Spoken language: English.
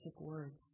words